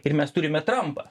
ir mes turime trampą